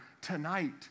tonight